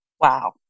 Wow